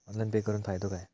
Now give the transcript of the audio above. Online pay करुन फायदो काय?